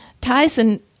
Tyson